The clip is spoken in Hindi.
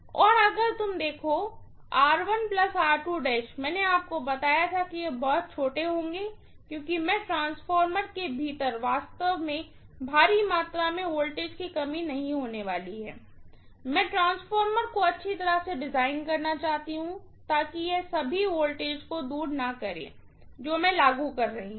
और अगर तुम देखो मैंने आपको बताया था कि वे बहुत छोटे होंगे क्योंकि मैं ट्रांसफार्मर के भीतर वास्तव में भारी मात्रा में वोल्टेज की कमी नहीं होने वाली है मैं ट्रांसफार्मर को अच्छी तरह से डिजाइन करना चाहती हूँ ताकि यह सभी वोल्टेज को दूर न करें जो मैं लागू कर रही हूँ